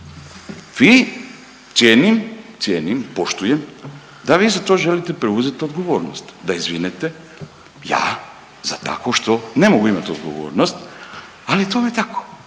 cijenim, poštujem da vi za to želite preuzeti odgovornost. Da izvinete, ja za takvo što ne mogu imati odgovornost ali tome je tako,